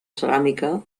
ceràmica